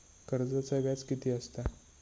कर्जाचा व्याज कीती असता?